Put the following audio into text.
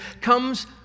comes